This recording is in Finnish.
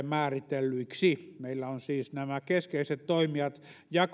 määritellyiksi meillä on siis nämä keskeiset toimijat